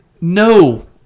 no